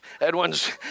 Edwin's